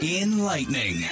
enlightening